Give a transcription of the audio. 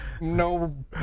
no